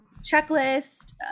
checklist